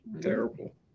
Terrible